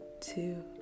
two